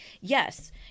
Yes